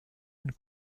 une